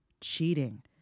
cheating